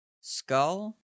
Skull